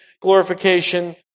glorification